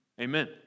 Amen